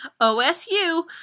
OSU